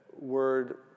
word